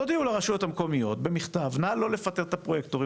תודיעו לרשויות המקומיות במכתב נא לא לפטר את הפרויקטורים,